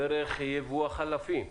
דרך ייבוא החלפים,